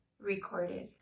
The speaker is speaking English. recorded